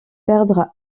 perdre